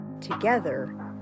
Together